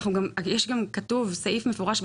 יש סעיף מפורש,